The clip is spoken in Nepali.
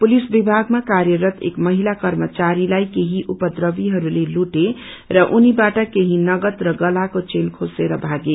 पुलिस विभागमा कार्यरत एक महिला कर्मचारीलाई केही उपद्रवीहरूले लुटे र उनिवाट केही नगद र गलाको चेन खोसेर भागे